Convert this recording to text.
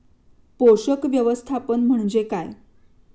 पोषक व्यवस्थापन म्हणजे काय?